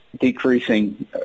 decreasing